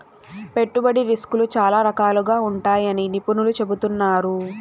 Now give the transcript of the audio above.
పెట్టుబడి రిస్కులు చాలా రకాలుగా ఉంటాయని నిపుణులు చెబుతున్నారు